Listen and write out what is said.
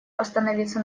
остановиться